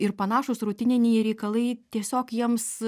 ir panašūs rutininiai reikalai tiesiog jiems